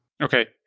Okay